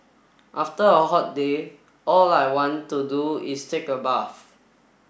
after a hot day all I want to do is take a bath